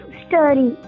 story